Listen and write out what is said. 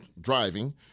driving